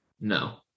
No